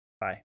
Bye